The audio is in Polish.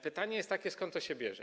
Pytanie jest takie: Skąd to się bierze?